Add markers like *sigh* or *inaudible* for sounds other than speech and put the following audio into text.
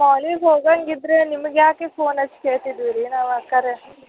*unintelligible* ಹೋಗೋದಿದ್ರೆ ನಿಮಗ್ಯಾಕೆ ಫೋನ್ ಹಚ್ಚಿ ಕೇಳ್ತಿದ್ವಿ ರಿ ನಾವು ಅಕ್ಕೋರೆ